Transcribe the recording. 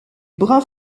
brun